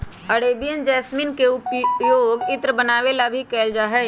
Arabian jasmine के पउपयोग इत्र बनावे ला भी कइल जाहई